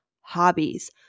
Hobbies